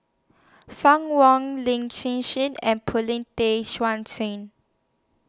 Fann Wong Lin Hsin Hsin and Paulin Tay